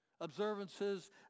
Observances